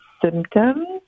symptoms